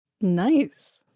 Nice